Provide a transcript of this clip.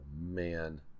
man